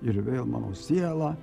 ir vėl mano sielą